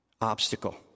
obstacle